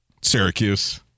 Syracuse